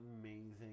amazing